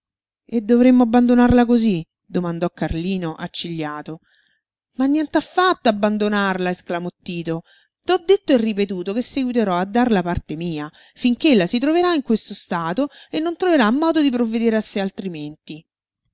e dovremmo abbandonarla cosí domandò carlino accigliato ma nient'affatto abbandonarla esclamò tito t'ho detto e ripetuto che seguiterò a dar la parte mia finché ella si troverà in questo stato e non troverà modo di provvedere a sé altrimenti